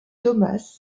thomas